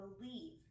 believe